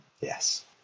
Yes